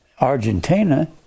Argentina